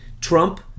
Trump